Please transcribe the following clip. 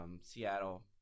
Seattle